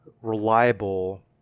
reliable